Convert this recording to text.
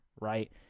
right